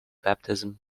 baptism